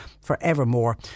forevermore